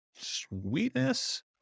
Sweetness